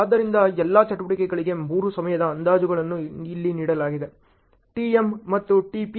ಆದ್ದರಿಂದ ಎಲ್ಲಾ ಚಟುವಟಿಕೆಗಳಿಗೆ ಮೂರು ಸಮಯದ ಅಂದಾಜುಗಳನ್ನು ಇಲ್ಲಿ ನೀಡಲಾಗಿದೆ ಟಿಎಂ ಮತ್ತು ಟಿಪಿ